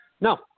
No